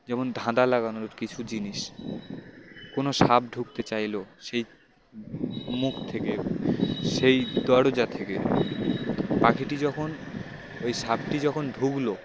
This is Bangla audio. যেমন ধাঁধা লাগানোর কিছু জিনিস কোনো সাপ ঢুকতে চাইল সেই মুখ থেকে সেই দরজা থেকে পাখিটি যখন ওই সাপটি যখন ঢুকল